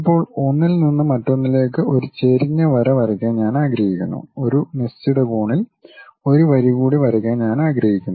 ഇപ്പോൾ ഒന്നിൽ നിന്ന് മറ്റൊന്നിലേക്ക് ഒരു ചെരിഞ്ഞ വര വരക്കാൻ ഞാൻ ആഗ്രഹിക്കുന്നു ഒരു നിശ്ചിത കോണിൽ ഒരു വരി കൂടി വരയ്ക്കാൻ ഞാൻ ആഗ്രഹിക്കുന്നു